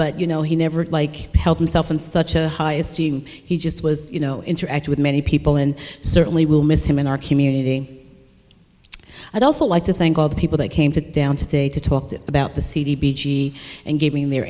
but you know he never like to help himself in such a high esteem he just was you know interact with many people and certainly will miss him in our community i'd also like to thank all the people that came to down today to talk about the cd and giving their